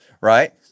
right